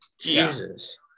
Jesus